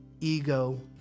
Ego